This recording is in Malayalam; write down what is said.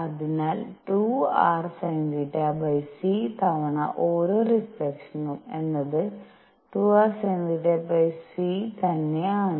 അതിനാൽ 2rsinθ c തവണ ഓരോ റീഫ്ലക്ഷനും എന്നത് 2rsinθ c തന്നെ ആണ്